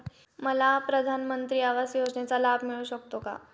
मला प्रधानमंत्री आवास योजनेचा लाभ मिळू शकतो का?